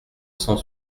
cent